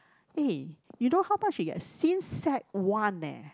eh you know how much he get since Sec-one eh